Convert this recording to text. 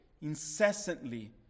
incessantly